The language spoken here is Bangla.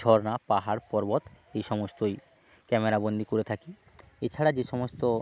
ঝরনা পাহাড় পর্বত এই সমস্তই ক্যামেরাবন্দি করে থাকি এছাড়া যেসমস্ত